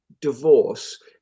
divorce